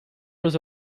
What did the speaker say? was